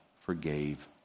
forgave